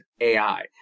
AI